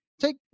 Take